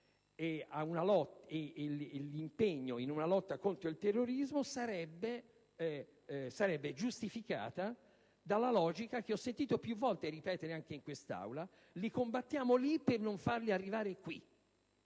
e l'impegno in una lotta contro il terrorismo sarebbero giustificati dalla logica che ho sentito più volte ripetere anche in quest'Aula: combattiamo lì per non farli arrivare qui.